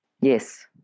Yes